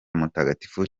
mutagatifu